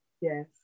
Yes